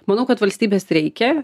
manau kad valstybės reikia